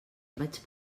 vaig